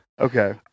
Okay